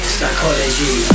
Psychology